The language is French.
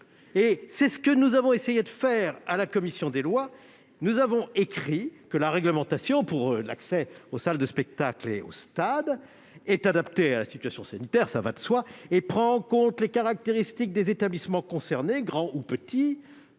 C'est ce que nous avons essayé de faire au sein de la commission des lois. Nous avons établi que la réglementation pour l'accès aux salles de spectacles et aux stades est « adaptée à la situation sanitaire »- cela va de soi -et « prend en compte les caractéristiques des établissements concernés »- grands ou petits